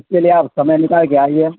اس کے لیے آپ سمے نک کے آئیے